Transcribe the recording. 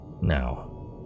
Now